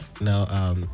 now